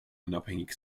unabhängig